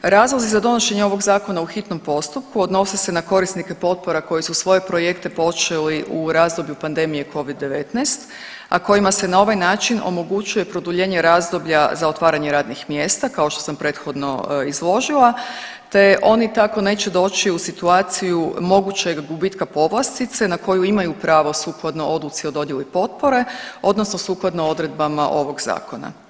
Razlozi za donošenje ovog zakona u hitnom postupku odnosi se na korisnike potpora koji svoje projekte počeli u razdoblju pandemije Covid-19, a kojima se na ovaj način omogućuje produljenje razdoblja za otvaranje radnih mjesta kao što sam prethodno izložila te oni tako neće doći u situaciju mogućeg gubitka povlastice na koju imaju pravo sukladno odluci o dodjeli potpore odnosno sukladno odredbama ovog zakona.